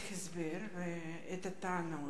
שמעתי את ההסבר ואת הטענות,